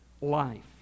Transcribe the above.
life